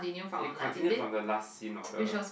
it continued from the last scene of the